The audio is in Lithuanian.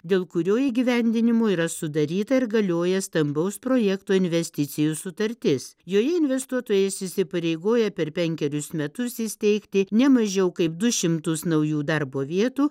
dėl kurio įgyvendinimo yra sudaryta ir galioja stambaus projekto investicijų sutartis joje investuotojas įsipareigoja per penkerius metus įsteigti ne mažiau kaip du šimtus naujų darbo vietų